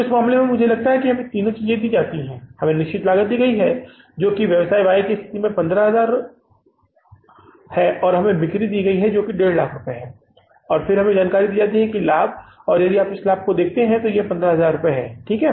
तो इस मामले में मुझे लगता है कि हमें तीनों चीजें दी जाती हैं हमें निश्चित लागत भी दी जाती है जो कि व्यवसाय वाई में 15000 है और हमें बिक्री भी 150000 दी जाती है और फिर हमें इसकी जानकारी दी जाती है लाभ और यदि आप लाभ को देखते हैं तो लाभ 15000 रुपये है ठीक है